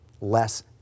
less